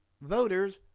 voters